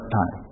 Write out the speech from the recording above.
time